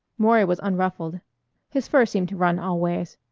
maury was unruffled his fur seemed to run all ways.